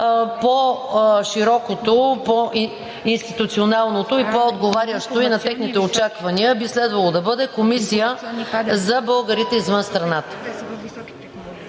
по-широкото, по-институционалното и по-отговарящо на техните очаквания би следвало да бъде: „Комисия за българите извън страната“.